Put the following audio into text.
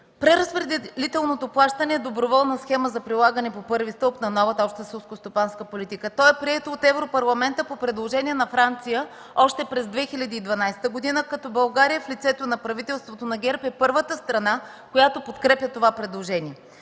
Преразпределителното плащане е доброволна схема за прилагане по първи стълб на новата Обща селскостопанска политика. То е прието от Европарламента по предложение на Франция още през 2012 г., като България в лицето на правителството на ГЕРБ е първата страна, която подкрепя това предложение.